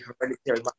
hereditary